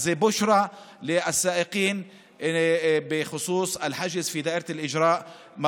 (אומר בערבית: בשורה לנהגים בנוגע לעיקול בלשכת ההוצאה לפועל.